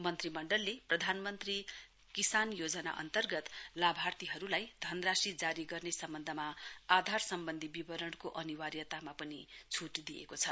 मन्त्री मण्डलले प्रधानमन्त्री किसान योजना अन्तर्गत लाभार्थीहरुलाई धनराशी जारी गर्न सम्वन्धमा आधार सम्वन्धी विवरणको अनिवार्यतामा पनि छूट दिएको छ